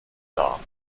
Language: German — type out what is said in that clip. dar